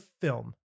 film